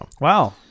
Wow